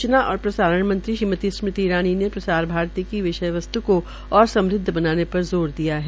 सूचना और प्रसारण मंत्री श्रीमति स्मृति ईरानी ने प्रसार भारती की विषय वस्त् को और समृद्ध बनाने पर जोर दिया है